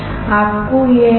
आपको यह मिला